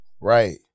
right